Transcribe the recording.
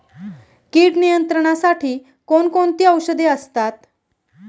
कीड नियंत्रणासाठी कोण कोणती औषधे असतात?